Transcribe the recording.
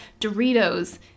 Doritos